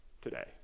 today